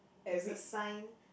there's a sign